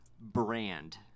brand